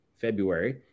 February